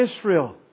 Israel